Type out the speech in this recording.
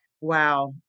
wow